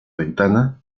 ventana